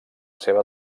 seva